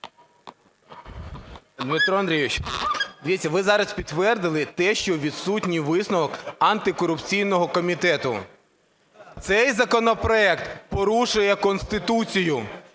Дмитро Андрійович, дивіться, ви зараз підтвердили те, що відсутній висновок антикорупційного комітету. Цей законопроект порушує Конституцію.